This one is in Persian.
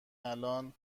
الان